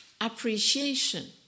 appreciation